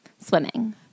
swimming